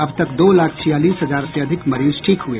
अब तक दो लाख छियालीस हजार से अधिक मरीज ठीक हुए